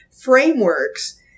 frameworks